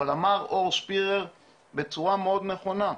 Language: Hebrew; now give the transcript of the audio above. אבל אמר אור שפירר, בצורה מאוד נכונה.